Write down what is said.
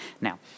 Now